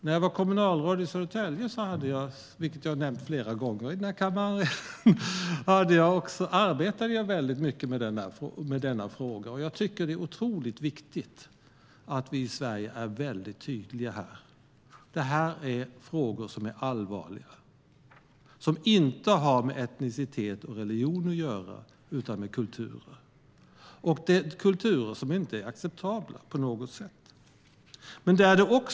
När jag var kommunalråd i Södertälje arbetade jag, vilket jag har nämnt flera gånger i kammaren, mycket med denna fråga. Jag tycker att det är otroligt viktigt att vi i Sverige är väldigt tydliga här. Det är frågor som är allvarliga och som inte har med etnicitet och religion att göra utan med kulturer. Det är kulturer som inte på något sätt är acceptabla.